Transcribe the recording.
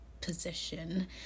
position